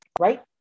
Right